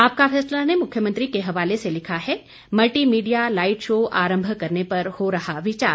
आपका फैसला ने मुख्यमंत्री के हवाले से लिखा है मल्टीमीडिया लाइट शो आरंभ करने पर हो रहा विचार